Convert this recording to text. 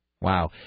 Wow